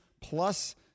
plus